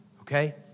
Okay